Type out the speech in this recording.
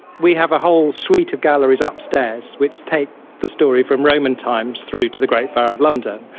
we have a whole suite of galleries upstairs which take the story from roman times through to the great fire of london.